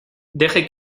deje